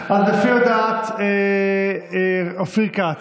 לפי הודעת אופיר כץ,